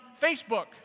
Facebook